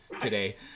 today